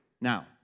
now